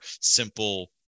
simple